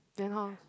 then how